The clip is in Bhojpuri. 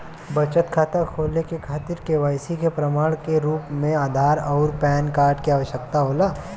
बचत खाता खोले के खातिर केवाइसी के प्रमाण के रूप में आधार आउर पैन कार्ड के आवश्यकता होला